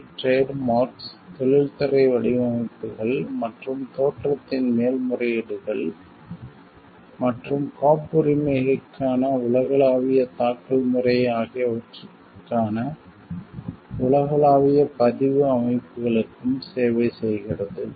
இது trade marks தொழில்துறை வடிவமைப்புகள் மற்றும் தோற்றத்தின் மேல்முறையீடுகள் மற்றும் காப்புரிமைகளுக்கான உலகளாவிய தாக்கல் முறை ஆகியவற்றிற்கான உலகளாவிய பதிவு அமைப்புகளுக்கும் சேவை செய்கிறது